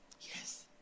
Yes